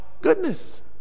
goodness